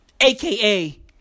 aka